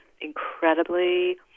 incredibly